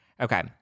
Okay